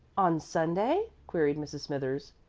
on sunday? queried mrs. smithers.